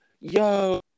yo